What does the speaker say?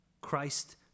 Christ